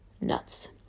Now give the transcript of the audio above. nuts